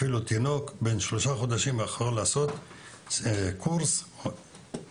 אפילו תינוק בן שלושה חודשים יכול לעשות קורס שחייה,